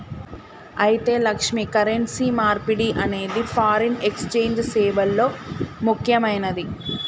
అయితే లక్ష్మి, కరెన్సీ మార్పిడి అనేది ఫారిన్ ఎక్సెంజ్ సేవల్లో ముక్యమైనది